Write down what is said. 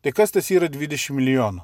tai kas tas yra dvidešim milijonų